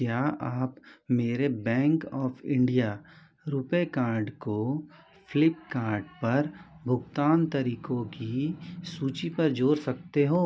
क्या आप मेरे Bank of India RuPay card को फ्लिपकार्ट पर भुगतान तरीकों की सूचि पर जोड़ सकते हो